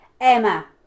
Emma